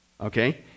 Okay